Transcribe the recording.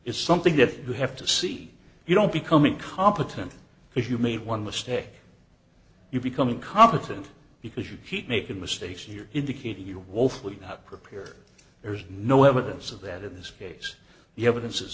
is something that you have to see you don't become incompetent if you made one mistake you become incompetent because you keep making mistakes you're indicating you're woefully out prepare there's no evidence of that in this case the evidence is